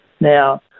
Now